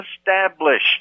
established